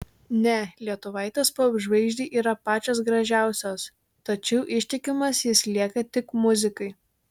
ne lietuvaitės popžvaigždei yra pačios gražiausios tačiau ištikimas jis lieka tik muzikai